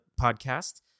podcast